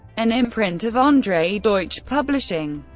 an imprint of andre deutsch publishing.